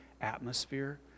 atmosphere